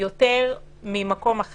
יותר ממקום,